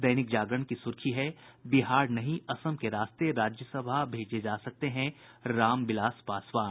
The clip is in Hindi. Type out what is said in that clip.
दैनिक जागरण की सुर्खी है बिहार नहीं असम के रास्ते राज्यसभा भेजे जा सकते हैं रामविलास पासवान